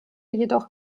jedoch